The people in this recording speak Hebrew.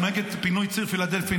אנחנו נגד פינוי ציר פילדלפי,